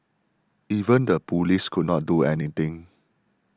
even the police could not do anything